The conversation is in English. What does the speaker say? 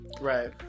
right